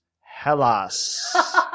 Hellas